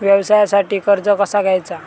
व्यवसायासाठी कर्ज कसा घ्यायचा?